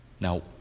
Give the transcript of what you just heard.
Now